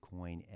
Bitcoin